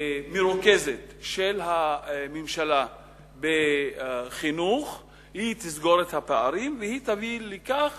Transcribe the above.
מרוכזת של הממשלה בחינוך תסגור את הפערים ותביא בכך